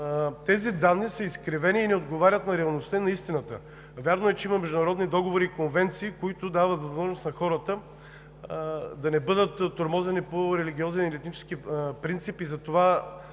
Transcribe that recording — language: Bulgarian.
тези данни са изкривени и не отговарят на реалността и на истината. Вярно е, че има международни договори и конвенции, които дават възможност на хората да не бъдат тормозени по религиозен или етнически принцип, и затова